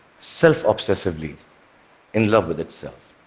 self-obsessively in love with itself.